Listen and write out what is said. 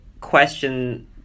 question